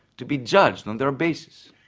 to be judged on their basis.